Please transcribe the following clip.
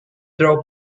drove